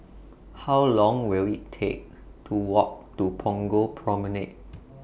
How Long Will IT Take to Walk to Punggol Promenade